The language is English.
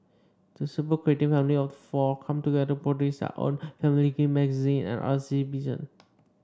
the super creative family of four come together to produce their own family magazines and art exhibition